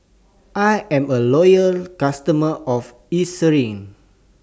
I'm A Loyal customer of Eucerin